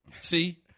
See